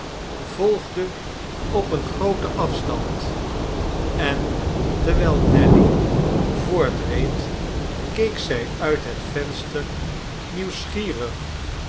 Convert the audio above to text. volgde op een grooten afstand en terwijl nelly voortreed keek zij uit het venster nieuwsgierig